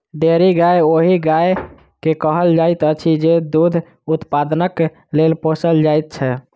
dairy गाय ओहि गाय के कहल जाइत अछि जे दूध उत्पादनक लेल पोसल जाइत छै